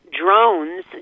drones